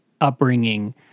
upbringing